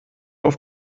auf